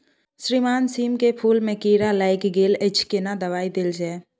श्रीमान सीम के फूल में कीरा लाईग गेल अछि केना दवाई देल जाय?